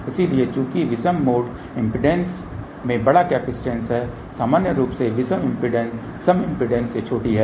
इसलिए चूंकि विषम मोड इम्पीडेन्स में बड़ा कैपेसिटेंस है सामान्य रूप से विषम इम्पीडेन्स सम इम्पीडेन्स से छोटी है